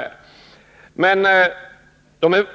De borgerliga